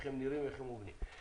איך הם נראים ואיך הם עומדים.